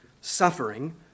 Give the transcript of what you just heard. suffering